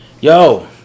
Yo